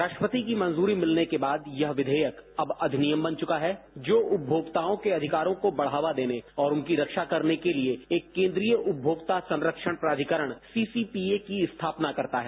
राष्ट्रपति की मंजूरी मिलने के बाद यह विधेयक अब अधिनियम बन चुका है जो उपभोक्ताओं के अधिकारों को बढ़ावा देने और उनकी रक्षा करने के लिए एक केंद्रीय उपभोक्ता संरक्षण प्राधिकरण सीसीपीए की स्थापना करता है